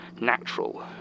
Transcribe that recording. natural